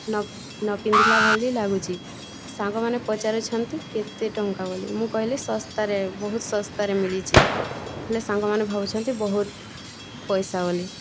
ନ ନ ପିନ୍ଧିଲା ଭଳି ଲାଗୁଛି ସାଙ୍ଗମାନେ ପଚାରୁଛନ୍ତି କେତେ ଟଙ୍କା ବୋଲି ମୁଁ କହିଲି ଶସ୍ତାରେ ବହୁତ ଶସ୍ତାରେ ମିଳିଛି ହେଲେ ସାଙ୍ଗମାନେ ଭାବୁଛନ୍ତି ବହୁତ ପଇସା ବୋଲି